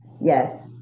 Yes